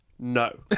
No